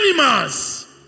animals